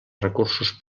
recursos